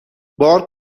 بار